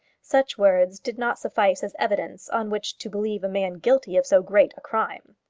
such words did not suffice as evidence on which to believe a man guilty of so great a crime.